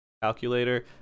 Calculator